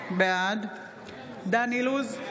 בעד דן אילוז,